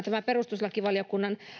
tämä perustuslakivaliokunnan